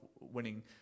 winning